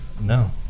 No